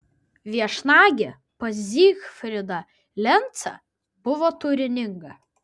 viešnagė pas zygfrydą lencą buvo turininga